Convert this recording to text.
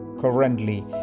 currently